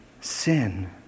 sin